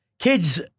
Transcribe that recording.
Kids